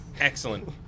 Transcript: Excellent